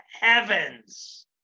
heavens